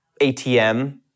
ATM